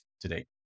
today